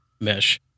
mesh